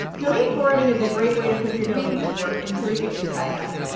domain forwarding is a great way to put your domain to work until you get your site up.